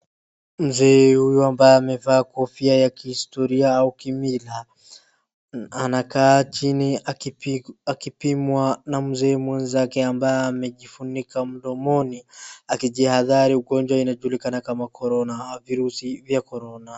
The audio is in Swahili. Mzee huyu ambaye amevaa kofia ya kihistoria au kimila, anakaa chini akipimwa na mzee mwenzake ambaye amejifunika mdomoni akijihadhari ugonjwa inajulikana kama Corona au virusi vya Corona.